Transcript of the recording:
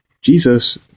Jesus